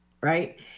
Right